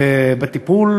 ובטיפול,